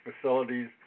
facilities